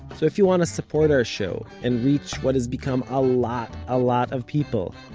so if you want to support our show, and reach what has become a lot a lot of people,